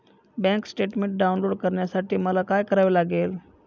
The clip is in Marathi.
बँक स्टेटमेन्ट डाउनलोड करण्यासाठी मला काय करावे लागेल?